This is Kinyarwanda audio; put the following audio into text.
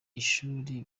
ishuri